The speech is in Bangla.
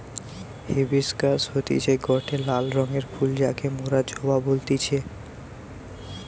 হিবিশকাস হতিছে গটে লাল রঙের ফুল যাকে মোরা জবা বলতেছি